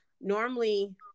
normally